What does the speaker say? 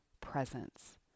presence